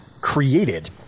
created